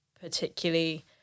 particularly